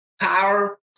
Power